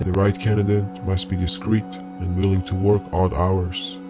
right candidate must be discreet and willing to work odd hours.